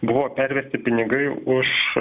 buvo pervesti pinigai už